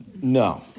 No